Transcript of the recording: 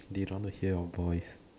they don't want to hear your voice